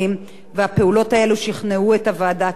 והפעולות האלה שכנעו את הוועדה כי כעת,